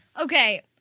Okay